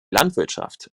landwirtschaft